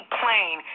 plane